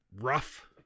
rough